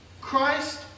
Christ